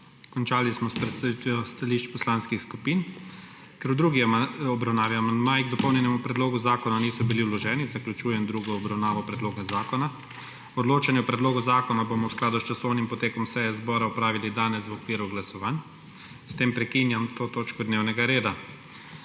Končali smo predstavitev stališč poslanskih skupin. Ker v drugi obravnavi amandmaji k dopolnjenemu predlogu zakona niso bili vloženi, zaključujem drugo obravnavo predloga zakona. Odločanje o predlogu zakona bomo v skladu s časovnim potekom seje zbora opravili danes v okviru glasovanj. S tem prekinjam to točko dnevnega reda.